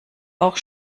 auch